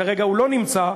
וכרגע הוא לא נמצא,